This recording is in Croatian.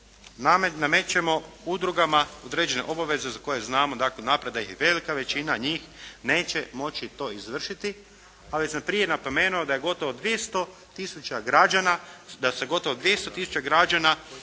namećemo udrugama određene obaveze za koje znamo dakle unaprijed da ih velika većina njih neće moći to izvršiti a već sam prije napomenuo da se gotovo 200 tisuća građana